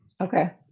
Okay